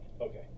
Okay